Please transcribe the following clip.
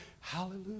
Hallelujah